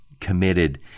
committed